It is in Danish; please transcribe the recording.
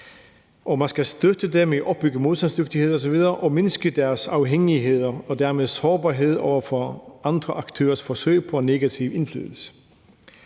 man skal støtte dem i at opbygge modstandsdygtighed osv. og mindske deres afhængigheder og dermed sårbarhed over for andre aktørers forsøg på negativ indflydelse.